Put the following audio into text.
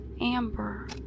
Amber